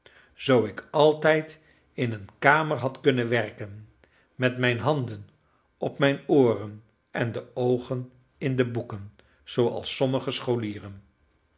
zoo ik altijd in een kamer had kunnen werken met mijn handen op mijn ooren en de oogen in de boeken zooals sommige scholieren